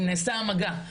אם נעשה המגע.